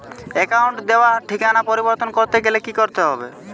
অ্যাকাউন্টে দেওয়া ঠিকানা পরিবর্তন করতে গেলে কি করতে হবে?